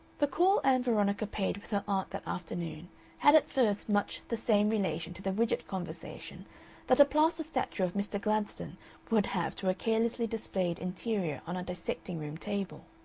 the call ann veronica paid with her aunt that afternoon had at first much the same relation to the widgett conversation that a plaster statue of mr. gladstone would have to a carelessly displayed interior on a dissecting-room table.